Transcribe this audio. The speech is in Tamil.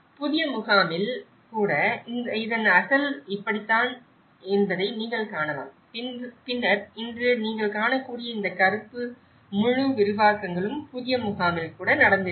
புதிய முகாமில் கூட இதன் அசல் பகுதி இப்படித்தான் என்பதை நீங்கள் காணலாம் பின்னர் இன்று நீங்கள் காணக்கூடிய இந்த கருப்பு முழு விரிவாக்கங்களும் புதிய முகாமில் கூட நடந்திருக்கின்றன